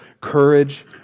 courage